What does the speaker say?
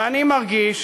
ואני מרגיש